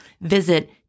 Visit